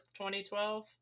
2012